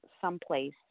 someplace